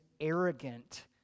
arrogant